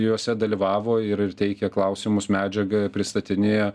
juose dalyvavo irir teikė klausimus medžiagą pristatinėjo